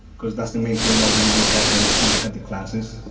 because that's the main thing that we look at when we look at the classes.